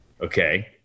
Okay